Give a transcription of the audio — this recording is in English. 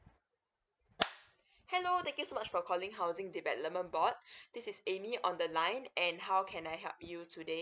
hello thank you so much for calling housing development board this is amy on the line and how can I help you today